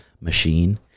machine